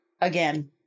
Again